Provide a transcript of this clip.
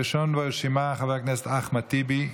הראשון ברשימה, חבר הכנסת אחמד טיבי,